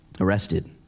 arrested